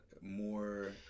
more